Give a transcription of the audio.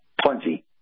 plenty